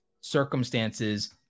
circumstances